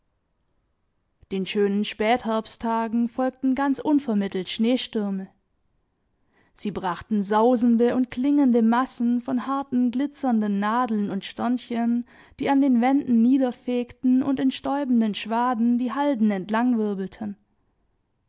den schönen spätherbsttagen folgten ganz unvermittelt schneestürme sie brachten sausende und klingende massen von harten glitzernden nadeln und sternchen die an den wänden niederfegten und in stäubenden schwaden die halden